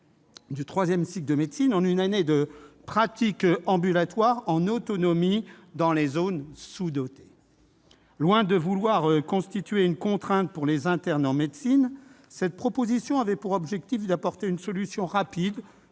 du troisième cycle de médecine en une année de pratique ambulatoire en autonomie dans les zones sous-dotées. Loin de constituer une contrainte pour les internes en médecine, cette proposition avait pour objectif d'apporter une solution rapide